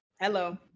Hello